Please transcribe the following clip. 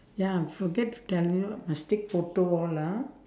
ya forget to tell you must take photo all ah